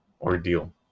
ordeal